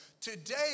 Today